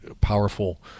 powerful